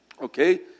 Okay